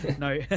No